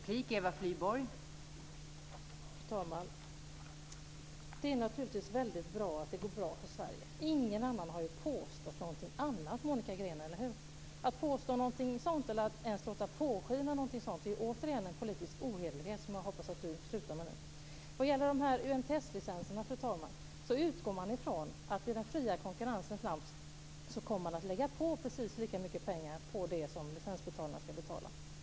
Fru talman! Det är naturligtvis väldigt bra att det går bra för Sverige. Ingen har ju påstått någonting annat, eller hur, Monica Green? Att ens låta påskina något sådant är återigen uttryck för en politisk ohederlighet som jag hoppas att Monica Green slutar med nu. I frågan om UMTS-licenserna utgår man ifrån att man i den fria konkurrensens namn kommer att lägga på precis lika mycket pengar på det som licensbetalarna ska betala.